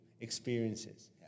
experiences